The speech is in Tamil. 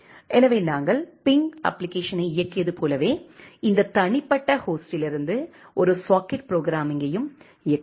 எனவே நாங்கள் பிங் அப்ப்ளிகேஷனை இயக்கியது போலவே இந்த தனிப்பட்ட ஹோஸ்டிலிருந்து ஒரு சாக்கெட் ப்ரோக்ராம்மிங்யையும் இயக்கலாம்